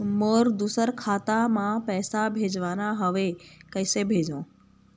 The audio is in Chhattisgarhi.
मोर दुसर खाता मा पैसा भेजवाना हवे, कइसे भेजों?